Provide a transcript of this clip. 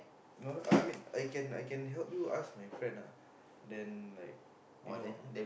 no lah I mean I can I can help you ask my friend ah then like you know